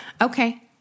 Okay